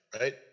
right